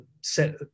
set